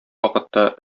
вакытта